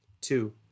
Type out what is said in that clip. Two